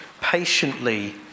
patiently